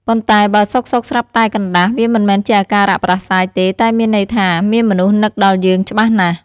ប៉ុន្តែ បើសុខៗស្រាប់តែកណ្ដាស់ វាមិនមែនជាអាការៈផ្តាសាយទេ តែមានន័យថា មានមនុស្សនឹកដល់យើងច្បាស់ណាស់។